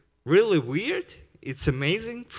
really weird. it's amazing,